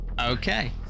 Okay